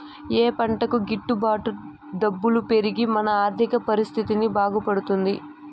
ఏ పంటకు గిట్టు బాటు డబ్బులు పెరిగి మన ఆర్థిక పరిస్థితి బాగుపడుతుంది?